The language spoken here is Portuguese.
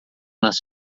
nas